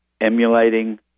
emulating